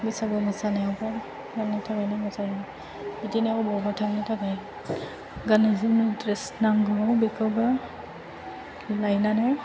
बैसागु मोसानायावबो गाननो थाखाय नांगौ जायो बिदिनो बबावबा थांनो थाखाय गाननो जोमनो द्रेस नांगौआव बेखौबो लायनानै